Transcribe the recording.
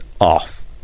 off